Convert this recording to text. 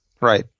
Right